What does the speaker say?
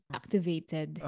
activated